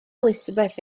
elizabeth